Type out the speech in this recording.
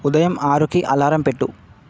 ఉదయం ఆరుకి అలారం పెట్టు